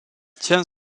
tient